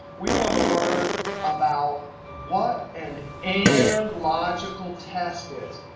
we want to learn about what an and logical test is.